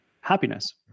happiness